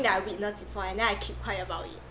that I witness before and then I keep quiet about it